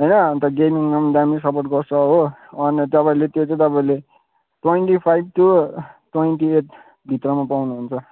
होइन अन्त गेमिङमा पनि दामी सपोर्ट गर्छ हो अन्त तपाईँले त्यो चाहिँ तपाईँले ट्वेन्टी फाइभ टू ट्वेन्टी एटभित्रमा पाउनुहुन्छ